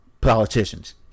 politicians